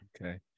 okay